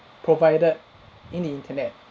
provided in the internet